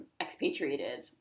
expatriated